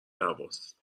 هواست